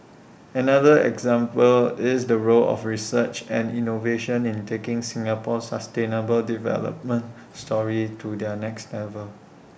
another example is the role of research and innovation in taking Singapore's sustainable development story to their next level